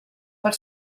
per